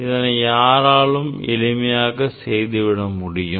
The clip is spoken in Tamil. இதனை யாராலும் எளிமையாக செய்து விட முடியும்